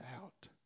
out